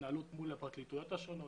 התנהלות מול הפרקליטויות השונות.